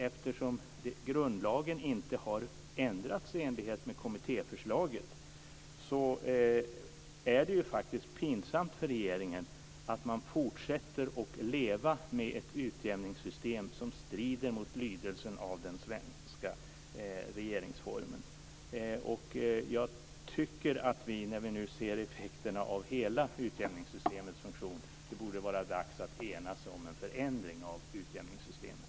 Eftersom grundlagen inte har ändrats i enlighet med kommittéförslaget, är det faktiskt pinsamt för regeringen att man fortsätter att leva med ett utjämningssystem som strider mot lydelsen av den svenska regeringsformen. När vi nu ser effekterna av hela utjämningssystemets funktion borde det vara dags att enas om en förändring av utjämningssystemet.